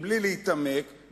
בלי להתעמק,